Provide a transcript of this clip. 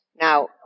Now